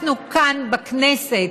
אנחנו כאן, בכנסת,